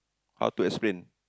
how to explain